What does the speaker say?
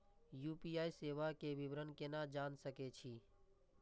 UPI सेवा के विवरण केना जान सके छी?